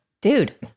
dude